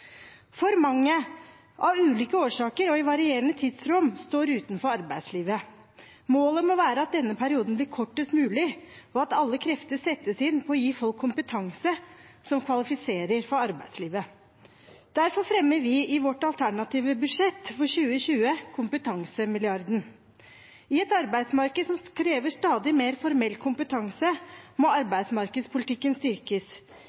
For mange, av ulike årsaker og i varierende tidsrom, står utenfor arbeidslivet. Målet må være at denne perioden blir kortest mulig, og at alle krefter settes inn på å gi folk kompetanse som kvalifiserer for arbeidslivet. Derfor fremmer vi i vårt alternative budsjett for 2020 kompetansemilliarden. I et arbeidsmarked som krever stadig mer formell kompetanse, må arbeidsmarkedspolitikken styrkes.